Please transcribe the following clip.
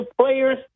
players